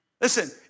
Listen